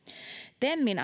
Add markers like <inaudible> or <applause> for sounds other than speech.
temin <unintelligible>